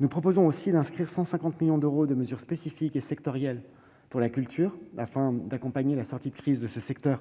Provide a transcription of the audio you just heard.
Nous souhaitons aussi inscrire 150 millions d'euros de mesures spécifiques et sectorielles pour la culture, afin d'accompagner la sortie de crise du secteur,